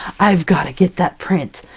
i've got to get that print!